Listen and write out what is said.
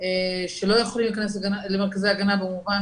שלא יכולים להיכנס למרכזי הגנה במובן